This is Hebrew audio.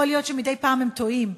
יכול להיות שמדי פעם הם טועים,